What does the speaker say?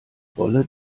rolle